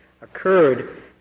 occurred